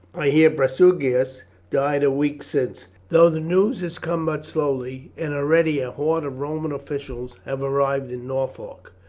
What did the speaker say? i hear prasutagus died a week since, though the news has come but slowly, and already a horde of roman officials have arrived in norfolk,